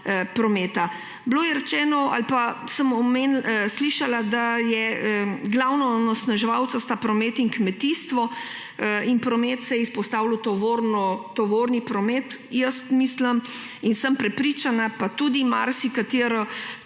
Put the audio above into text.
prometa. Bilo je rečeno ali pa sem slišala, da sta glavna onesnaževalca promet in kmetijstvo in pri prometu se je izpostavljal tovorni promet. Mislim in sem prepričana pa tudi marsikateri